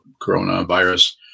coronavirus